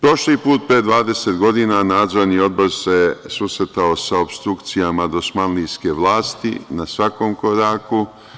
Prošli put pre 20 godina Nadzorni odbor se susretao sa opstrukcijama dosmanlijske vlasti na svakom koraku.